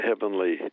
heavenly